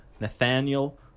Nathaniel